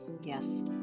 Yes